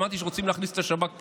שמעתי שרוצים להכניס את השב"כ פנימה.